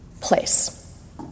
place